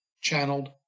channeled